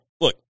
look